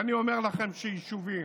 ואני אומר לכם שיישובים